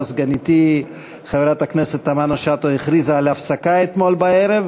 אלא סגניתי תמנו-שטה הכריזה על הפסקה אתמול בערב,